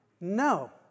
No